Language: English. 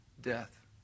death